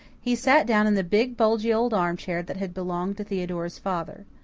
he sat down in the big bulgy old armchair that had belonged to theodora's father.